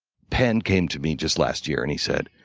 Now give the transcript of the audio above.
penn came to me just last year and he said,